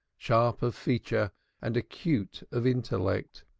sharp of feature and acute of intellect.